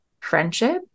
friendship